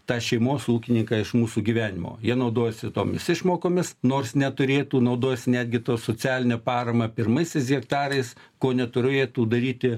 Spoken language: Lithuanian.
tą šeimos ūkininką iš mūsų gyvenimo jie naudojasi tomis išmokomis nors neturėtų naudojasi netgi ta socialine parama pirmaisiais hektarais ko neturėtų daryti